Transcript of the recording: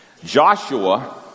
joshua